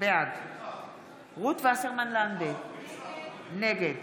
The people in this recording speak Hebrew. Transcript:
בעד רות וסרמן לנדה, נגד